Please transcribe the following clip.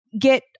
get